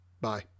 bye